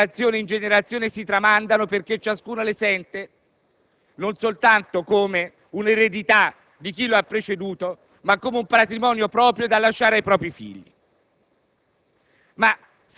che di generazione in generazione si tramandano. Ciascuno le sente non soltanto come un'eredità di chi lo ha preceduto, ma come un patrimonio proprio da lasciare ai figli.